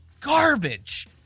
garbage